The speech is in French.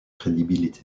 crédibilité